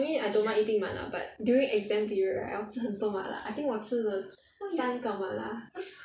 anyway I don't mind eating 麻辣 but during exam period right 我吃很多麻辣 I think 我吃了三个麻辣